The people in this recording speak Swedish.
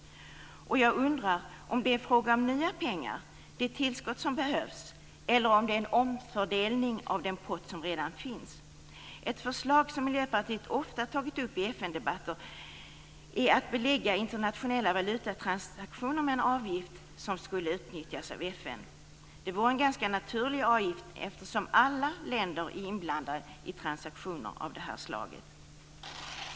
Är det fråga om nya pengar? Är det ett tillskott som behövs eller en omfördelning av den pott som redan finns? Ett förslag som Miljöpartiet ofta har tagit upp i FN-debatter är att belägga internationella valutatransaktioner med en avgift som skulle utnyttjas av FN. Det vore en ganska naturlig avgift, eftersom alla länder är inblandade i transaktioner av det slaget.